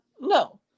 No